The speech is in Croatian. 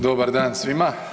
Dobar dan svima.